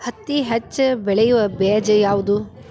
ಹತ್ತಿ ಹೆಚ್ಚ ಬೆಳೆಯುವ ಬೇಜ ಯಾವುದು?